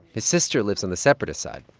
his sister lives on the separatist side,